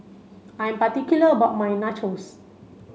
I am particular about my Nachos